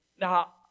Now